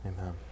Amen